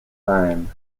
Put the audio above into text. time